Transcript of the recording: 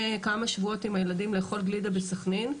כמה שבועות עם הילדים לאכול גלידה בסחנין.